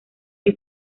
que